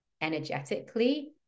energetically